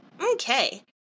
Okay